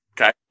okay